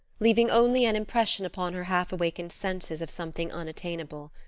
leaving only an impression upon her half-awakened senses of something unattainable.